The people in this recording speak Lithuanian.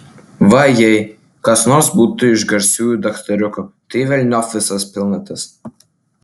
va jei kas nors būtų iš garsiųjų daktariukų tai velniop visas pilnatis